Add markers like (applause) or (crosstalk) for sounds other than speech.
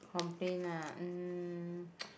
complain lah um (noise)